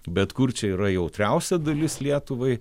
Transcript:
bet kur čia yra jautriausia dalis lietuvai